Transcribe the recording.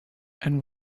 and